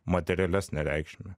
materialesnę reikšmę